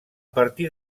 partir